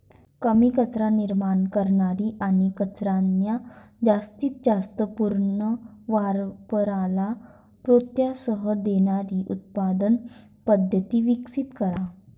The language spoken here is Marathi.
कमी कचरा निर्माण करणारी आणि कचऱ्याच्या जास्तीत जास्त पुनर्वापराला प्रोत्साहन देणारी उत्पादन पद्धत विकसित करा